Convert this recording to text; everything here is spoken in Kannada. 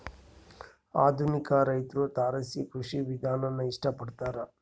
ಆಧುನಿಕ ರೈತ್ರು ತಾರಸಿ ಕೃಷಿ ವಿಧಾನಾನ ಇಷ್ಟ ಪಡ್ತಾರ